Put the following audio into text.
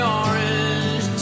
orange